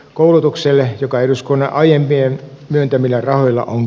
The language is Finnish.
koulutukselle joka eduskunnan aiempien myöntämillä rahoilla on